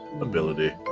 ability